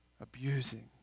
abusing